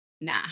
nah